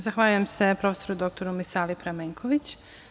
Zahvaljujem se prof. dr Misali Pramenković.